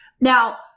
Now